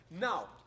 Now